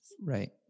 Right